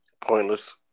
Pointless